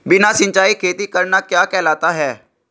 बिना सिंचाई खेती करना क्या कहलाता है?